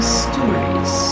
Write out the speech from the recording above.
stories